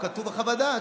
הוא כתוב בחוות דעת.